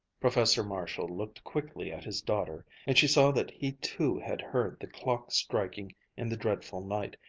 professor marshall looked quickly at his daughter, and she saw that he too had heard the clock striking in the dreadful night,